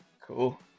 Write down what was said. Cool